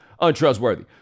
untrustworthy